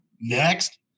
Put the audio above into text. Next